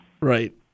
Right